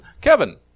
Kevin